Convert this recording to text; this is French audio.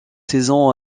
saison